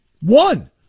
one